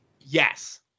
Yes